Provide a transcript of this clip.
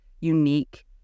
unique